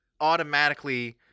automatically